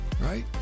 right